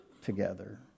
together